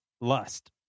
lust